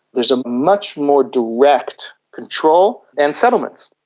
there is a much more direct control and settlements.